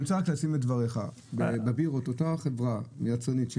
אני רק רוצה להעצים את דבריך: החברה היצרנית של הבירות